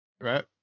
Right